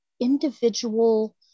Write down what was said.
individual